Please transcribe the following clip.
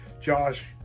Josh